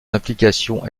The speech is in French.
implications